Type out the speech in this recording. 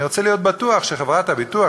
אני רוצה להיות בטוח שחברת הביטוח,